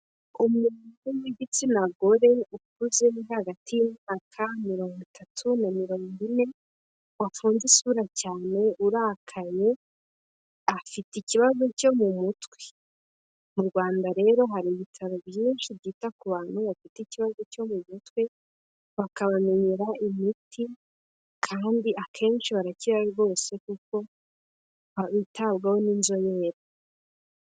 Umuntu w'igitsina gore ukuze uri hagati y'imyaka mirongo itatu na mirongo ine wafunze isura cyane urakaye afite ikibazo cyo mu mutwe. Mu Rwanda rero hari ibitaro byinshi byita ku bantu bafite ikibazo cyo mu mutwe bakabanyera imiti kandi akenshi baracyari rwose kuko bitabwaho n'inzobere.